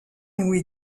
noué